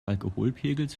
alkoholpegels